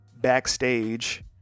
backstage